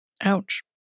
Ouch